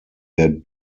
der